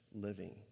living